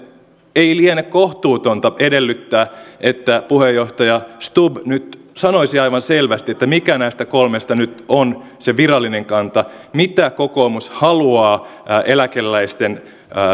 ei liene kohtuutonta edellyttää että puheenjohtaja stubb nyt sanoisi aivan selvästi mikä näistä kolmesta nyt on se virallinen kanta mitä kokoomus haluaa eläkeläisten